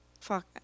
Fuck